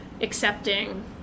accepting